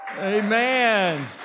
Amen